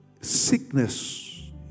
sickness